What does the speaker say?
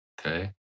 okay